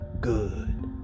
good